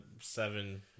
seven